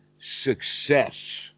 success